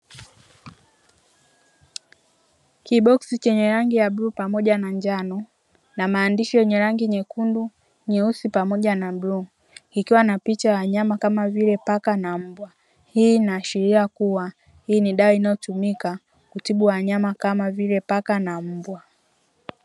Kiboksi chenye rangi ya bluu pamoja na njano, na maandishi yenye rangi nyekundu, nyeusi pamoja na bluu, ikiwa na picha ya wanyama kama vile; paka na mbwa. Hii inaashiria kuwa hii ni dawa inayotumika kutibu wanyama kama vile paka na mbwa.